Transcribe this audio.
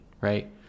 right